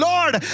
Lord